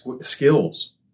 skills